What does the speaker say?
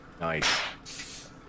Nice